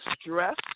Stress